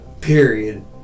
period